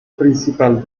principal